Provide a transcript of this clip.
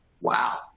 wow